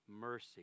mercy